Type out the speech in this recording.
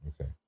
Okay